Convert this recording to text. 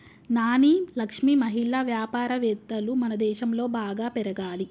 నాని లక్ష్మి మహిళా వ్యాపారవేత్తలు మనదేశంలో బాగా పెరగాలి